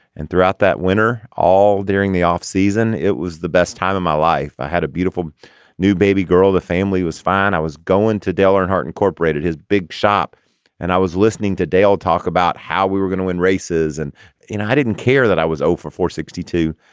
and throughout that winter all during the off season it was the best time of my life. i had a beautiful new baby girl the family was fine. i was going to dale earnhardt incorporated his big shop and i was listening to dale talk about how we were gonna win races and you know i didn't care that i was zero four for sixty two.